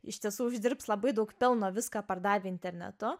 iš tiesų uždirbs labai daug pelno viską pardavę internetu